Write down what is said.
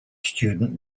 student